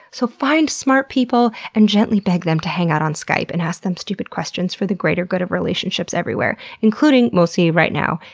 so, find smart people, and gently beg them to hang out on skype, and ask them stupid questions for the greater good of relationships everywhere, including, mostly, right now,